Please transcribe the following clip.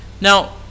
Now